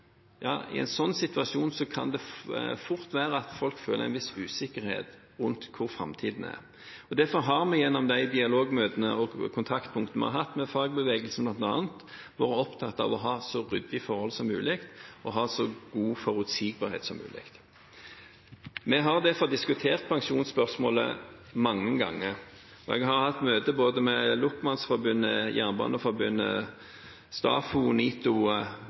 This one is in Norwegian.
i en slik situasjon – fort være at folk føler en viss usikkerhet rundt framtiden. Da er det viktig for meg at vi gjennom de dialogmøtene og de kontaktpunktene vi har hatt med bl.a. fagbevegelsen, har vært opptatt av å ha så ryddige forhold og så god forutsigbarhet som mulig. Vi har derfor diskutert pensjonsspørsmålet mange ganger, og jeg har hatt møte med Norsk Lokomotivmannsforbund, Norsk Jernbaneforbund, STAFO, NITO,